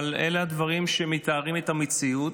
אבל אלה דברים שמתארים את המציאות.